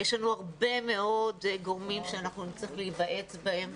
יש לנו הרבה מאוד גורמים שאנחנו נצטרך להיוועץ בהם.